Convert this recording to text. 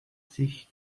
sich